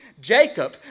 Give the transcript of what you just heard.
Jacob